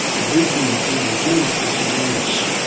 the region between the genitals and the anus.